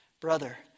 brother